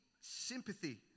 sympathy